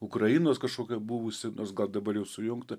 ukrainos kažkokia buvusi nors gal dabar jau sujungta